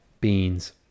beans